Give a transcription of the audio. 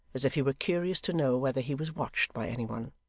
as if he were curious to know whether he was watched by any one.